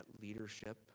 leadership